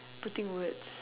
putting words